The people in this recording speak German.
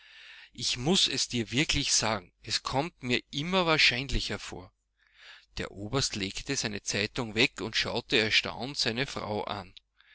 ich muß es dir wirklich sagen es kommt mir immer wahrscheinlicher vor der oberst legte seine zeitung weg und schaute erstaunt seine frau an